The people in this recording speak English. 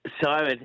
Simon